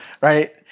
right